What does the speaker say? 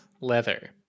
leather